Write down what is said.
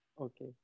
Okay